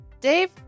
Dave